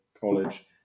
college